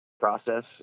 Process